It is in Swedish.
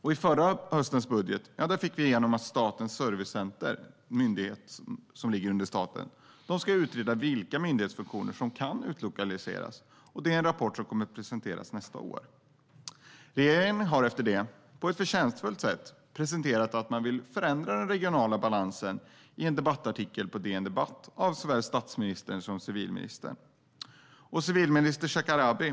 I förra höstens budget fick vi igenom att Statens servicecenter, en myndighet som lyder under staten, ska utreda vilka myndighetsfunktioner som kan utlokaliseras. Det är en rapport som kommer att presenteras nästa år. Regeringen har efter det, på ett förtjänstfullt sätt, i en debattartikel på DN Debatt av såväl statsministern som civilministern presenterat att man vill förändra den regionala balansen.